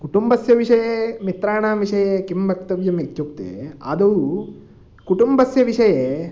कुटुम्बस्य विषये मित्राणां विषये किं वक्तव्यम् इत्युक्ते आदौ कुटुम्बस्य विषये